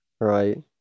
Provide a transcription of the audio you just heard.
Right